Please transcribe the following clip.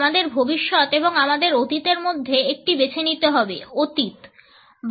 আমাদের ভবিষ্যৎ এবং আমাদের অতীতের মধ্যে একটি বেছে নিতে হবে অতীত অতীত